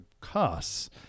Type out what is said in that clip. costs